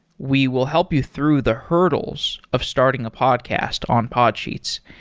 we will help you through the hurdles of starting a podcast on podsheets.